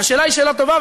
והשאלה היא שאלה טובה,